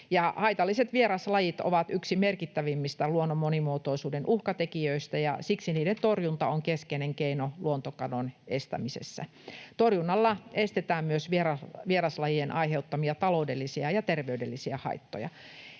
Haitalliset vieraslajit ovat yksi merkittävimmistä luonnon monimuotoisuuden uhkatekijöistä, ja siksi niiden torjunta on keskeinen keino luontokadon estämisessä. Torjunnalla estetään myös vieraslajien aiheuttamia taloudellisia ja terveydellisiä haittoja.